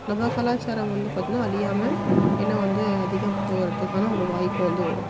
நம்ம கலாச்சாரம் வந்து பார்த்தோன்னா அழியாம இன்னும் வந்து அதிகம் போகிறதுக்கான ஒரு வாய்ப்பு வந்து வரும்